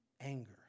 Anger